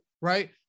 right